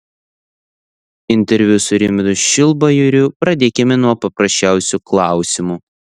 interviu su rimvydu šilbajoriu pradėkime nuo paprasčiausių klausimų